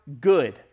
good